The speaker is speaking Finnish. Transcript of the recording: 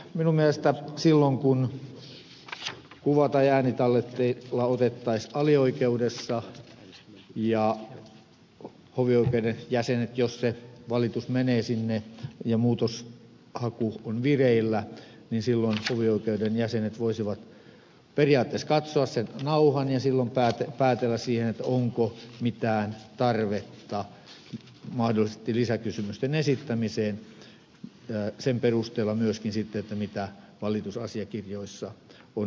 minun mielestäni silloin kun kuva tai äänitallenteet otettaisiin alioikeudessa hovioikeuden jäsenet jos se valitus menee sinne ja muutoksenhaku on vireillä ja silloin sujut joiden jäsenet voisivat periaatteessa katsoa sen nauhan ja silloin päätellä onko mitään tarvetta mahdollisesti lisäkysymysten esittämiseen sen perusteella myöskin sitten mitä valitusasiakirjoissa on esitetty